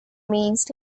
means